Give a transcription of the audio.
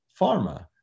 pharma